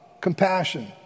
compassion